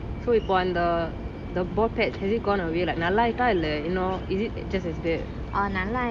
so இப்போ அந்த:ipo antha the the bald patch has it gone away like நல்ல ஆயிட்டா இல்ல:nalla aayeta illa you know is it just as bad